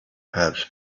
had